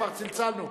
כבר צלצלנו.